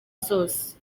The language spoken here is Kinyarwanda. zose